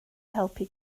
helpu